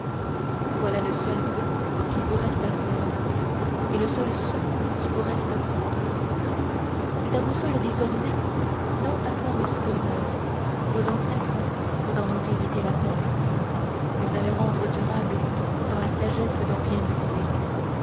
voilà le seul vœu qui vous reste à faire et le seul soin qui vous reste à prendre c'est à vous seuls désormais non à faire votre bonheur vos ancêtres vous en ont évité la peine mais à le rendre durable par la sagesse d'en bien user